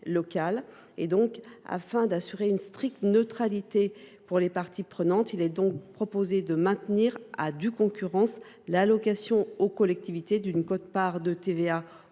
locales. Afin d’assurer une stricte neutralité pour les parties prenantes, il est proposé de maintenir à due concurrence l’allocation aux collectivités d’une quote part de TVA :